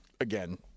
again